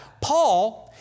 Paul